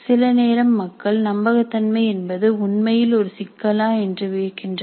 சிலநேரம் மக்கள் நம்பகத்தன்மை என்பது உண்மையில் ஒரு சிக்கலா என்று வியக்கின்றனர்